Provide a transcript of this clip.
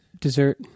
dessert